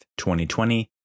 2020